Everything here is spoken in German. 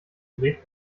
gerät